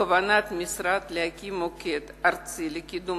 בכוונת המשרד להקים מוקד ארצי לקידום